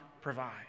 provide